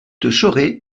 soixante